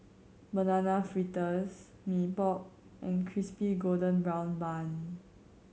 Banana Fritters Mee Pok and Crispy Golden Brown Bun